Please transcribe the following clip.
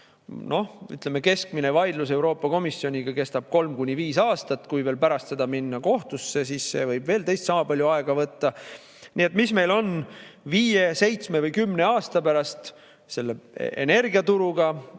Noh, ütleme, keskmine vaidlus Euroopa Komisjoniga kestab kolm kuni viis aastat. Kui veel pärast seda minna kohtusse, siis see võib veel teist sama palju aega võtta. Mis meil on viie, seitsme või kümne aasta pärast selle energiaturuga